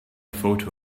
photo